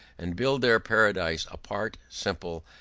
and build their paradise apart, simple,